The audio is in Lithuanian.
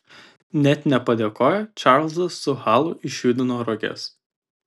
net nepadėkoję čarlzas su halu išjudino roges